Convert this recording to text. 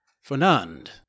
Fernand